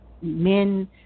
men